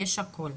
יש הכל.